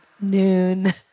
noon